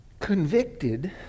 Convicted